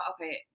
okay